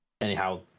anyhow